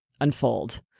unfold